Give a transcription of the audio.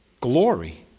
glory